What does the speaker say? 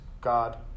God